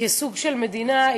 כסוג של מדינה,